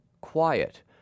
Quiet